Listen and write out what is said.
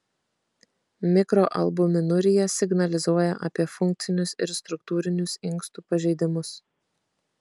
mikroalbuminurija signalizuoja apie funkcinius ir struktūrinius inkstų pažeidimus